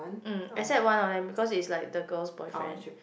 mm except one of them because he's like the girl's boyfriend